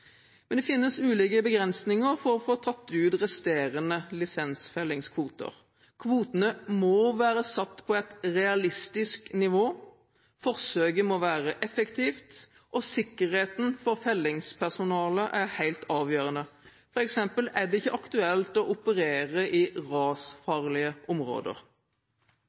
Men det finnes ulike begrensinger for å få tatt ut resterende lisensfellingskvoter. Kvotene må være satt på et realistisk nivå, forsøket må være effektivt, og sikkerheten for fellingspersonellet er helt avgjørende – f.eks. er det ikke aktuelt å operere i rasfarlige områder.